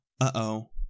uh-oh